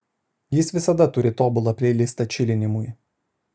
jis visada turi tobulą pleilistą čilinimui